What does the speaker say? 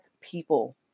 people